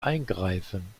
eingreifen